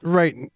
right